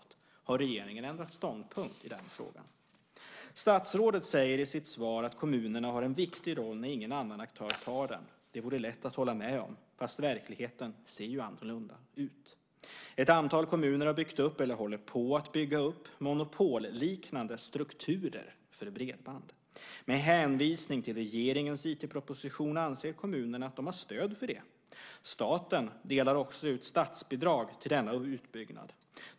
Har regeringen ändrat ståndpunkt i den frågan? Statsrådet sade i sitt svar att kommunerna har en viktig roll när ingen annan aktör tar den. Det är lätt att hålla med om, fast verkligheten ser annorlunda ut. Ett antal kommuner har byggt upp, eller håller på att bygga upp, monopolliknande strukturer för bredband. Med hänvisning till regeringens IT-proposition anser kommunerna att de har stöd för det. Staten delar också ut statsbidrag till denna utbyggnad.